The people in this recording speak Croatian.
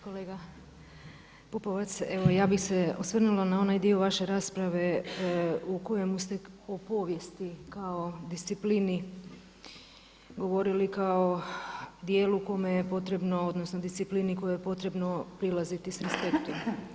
Kolega Pupovac, evo je bih se osvrnula na onaj dio vaše rasprave u kojoj ste o povijesti kao disciplini govorili kao dijelu kome je potrebno, odnosno disciplini kojoj je potrebno prilaziti sa respektom.